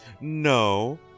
no